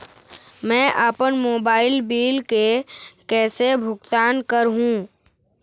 मैं अपन mobile bill के कैसे भुगतान कर हूं?